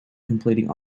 completing